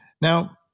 Now